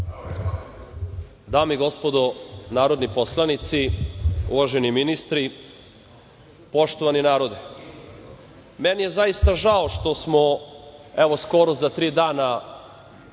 Dame i gospodo narodni poslanici, uvaženi ministri, poštovani narode, meni je zaista žao, što smo, evo, skoro za tri dana